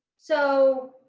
so